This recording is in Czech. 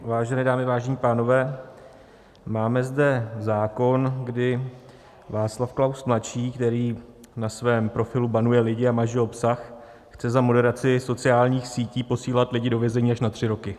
Vážené dámy, vážení pánové, máme zde zákon, kdy Václav Klaus mladší, který na svém profilu banuje lidi a maže obsah, chce za moderaci sociálních sítí posílat lidi do vězení až na tři roky.